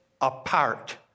apart